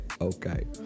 Okay